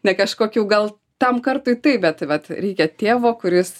ne kažkokių gal tam kartui taip bet vat reikia tėvo kuris